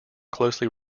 closely